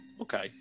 Okay